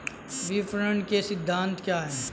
विपणन के सिद्धांत क्या हैं?